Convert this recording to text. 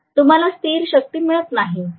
तुम्हाला स्थिर शक्ती मिळत नाही